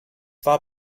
war